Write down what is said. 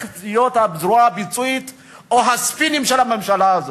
להיות הזרוע הביצועית או הספינים של הממשלה הזאת?